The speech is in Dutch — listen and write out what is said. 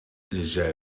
zij